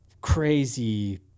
crazy